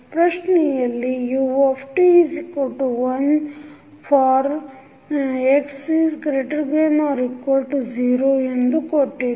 ಪ್ರಶ್ನೆಯಲ್ಲಿu1 for t≥0 ಎಂದು ಕೊಟ್ಟಿದೆ